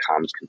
comms